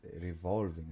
revolving